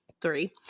three